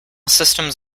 systems